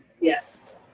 Yes